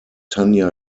tanja